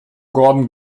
gordon